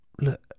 Look